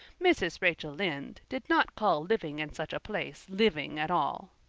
mrs. rachel lynde did not call living in such a place living at all.